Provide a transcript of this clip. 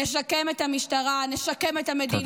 נשקם את המשטרה, נשקם את המדינה.